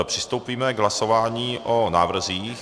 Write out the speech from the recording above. Přistoupíme k hlasování o návrzích.